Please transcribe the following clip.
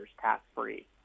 tax-free